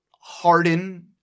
Harden